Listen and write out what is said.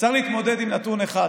צריך להתמודד עם נתון אחד,